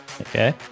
Okay